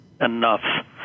enough